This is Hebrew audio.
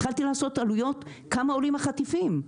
התחלתי לעשות עלויות כמה עולים החטיפים,